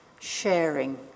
sharing